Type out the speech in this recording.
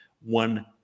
one